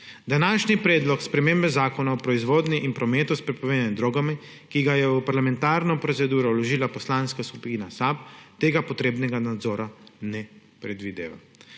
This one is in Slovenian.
Današnji predlog spremembe Zakona o proizvodnji in prometu s prepovedanimi drogami, ki ga je v parlamentarno proceduro vložila Poslanska skupina SAB, tega potrebnega nadzora ne predvideva.